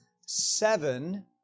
seven